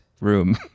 room